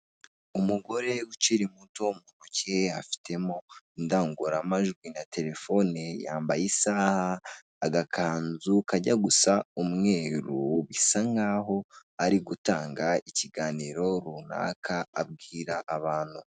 Umugore ukiri muto, mu ntoki afitemo indangururamajwi na telefoni, yambaye isaha, agakanzu kajya gusa umweru, bisa nk'aho ari gutanga ikiganiro runaka abwira abantu.